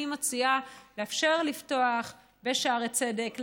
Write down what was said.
אני מציעה לאפשר לפתוח בשערי צדק,